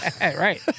right